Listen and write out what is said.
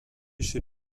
chez